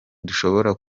dushobora